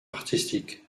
artistique